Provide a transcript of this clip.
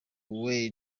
were